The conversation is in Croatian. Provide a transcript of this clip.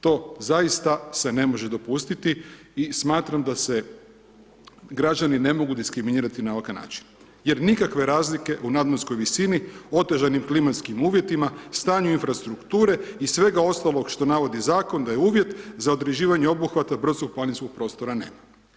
To zaista se ne može dopustiti i smatram da se građani ne mogu diskriminirati na ovakav način jer nikakve razlike u nadmorskoj visini otežanim klimatskim uvjetima, stanju infrastrukture i svega ostalog što navodi zakon da je uvjet za određivanje obuhvata brdsko planinskog prostora nema.